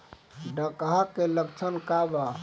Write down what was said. डकहा के लक्षण का वा?